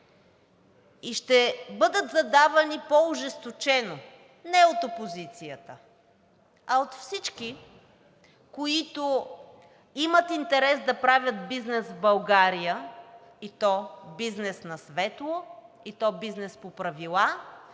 и ще бъдат задавани по-ожесточено не от опозицията, а от всички, които имат интерес да правят бизнес в България, и то бизнес на светло, и то бизнес по правила,